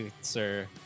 sir